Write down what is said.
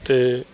ਅਤੇ